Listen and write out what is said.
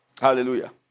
Hallelujah